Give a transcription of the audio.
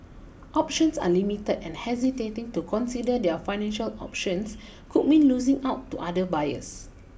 options are limited and hesitating to consider their financial options could mean losing out to other buyers